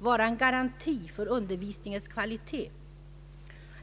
vara en garanti för undervisningens kvalitet.